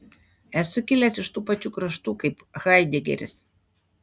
esu kilęs iš tų pačių kraštų kaip haidegeris